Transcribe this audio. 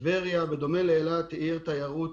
טבריה בדומה לאילת היא עיר תיירות